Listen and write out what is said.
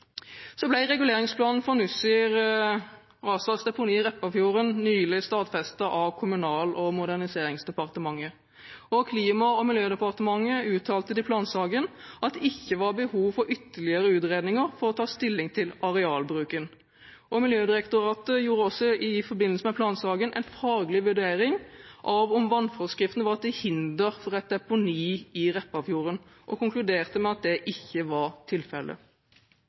Reguleringsplanen for Nussir ASAs deponi i Repparfjorden ble nylig stadfestet av Kommunal- og moderniseringsdepartementet. Klima- og miljødepartementet uttalte i plansaken at det ikke var behov for ytterligere utredninger for å ta stilling til arealbruken. Miljødirektoratet gjorde i forbindelse med plansaken en faglig vurdering av om vannforskriften var til hinder for et deponi i Repparfjorden, og konkluderte med at det ikke var tilfellet.